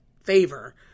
favor